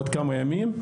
בעוד כמה ימים,